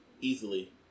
Easily